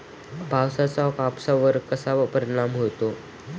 पावसाचा कापसावर कसा परिणाम होतो?